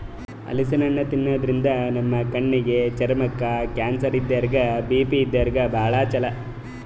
ಹಲಸಿನ್ ಹಣ್ಣ್ ತಿನ್ನಾದ್ರಿನ್ದ ನಮ್ ಕಣ್ಣಿಗ್, ಚರ್ಮಕ್ಕ್, ಕ್ಯಾನ್ಸರ್ ಇದ್ದೋರಿಗ್ ಬಿ.ಪಿ ಇದ್ದೋರಿಗ್ ಭಾಳ್ ಛಲೋ